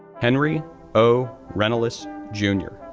henry o renelus jr.